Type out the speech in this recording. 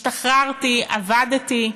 השתחררתי, עבדתי,